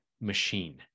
machine